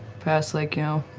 past, like you know,